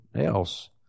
else